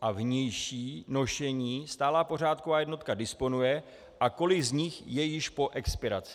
a vnější nošení stálá pořádková jednotka disponuje a kolik z nich je již po expiraci.